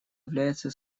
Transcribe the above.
являются